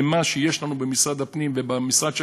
במה שיש לנו במשרד הפנים ובמשרד שלנו,